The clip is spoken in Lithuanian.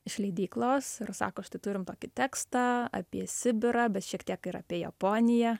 iš leidyklos ir sako štai turim tokį tekstą apie sibirą bet šiek tiek ir apie japoniją